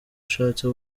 ushatse